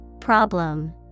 Problem